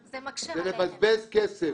זה לבזבז כסף.